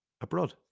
Abroad